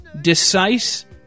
decisive